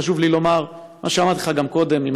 חשוב לי לומר מה שאמרתי לך גם קודם: אם